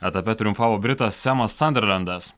etape triumfavo britas semas sanderlendas